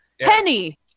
Penny